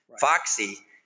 foxy